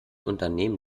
unternehmen